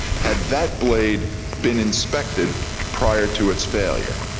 had that blade been inspected prior to its failure?